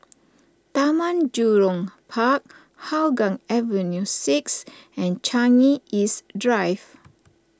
Taman Jurong Park Hougang Avenue six and Changi East Drive